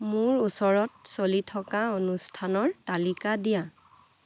মোৰ ওচৰত চলি থকা অনুষ্ঠানৰ তালিকা দিয়া